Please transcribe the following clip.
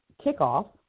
kickoff